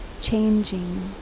changing